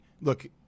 look